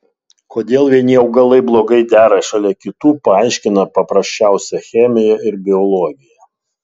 kodėl vieni augalai blogai dera šalia kitų paaiškina paprasčiausia chemija ir biologija